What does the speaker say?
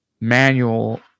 manual